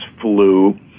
flu